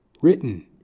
written